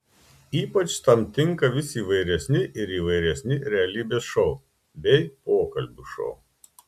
ypač tam tinka vis įvairesni ir įvairesni realybės šou bei pokalbių šou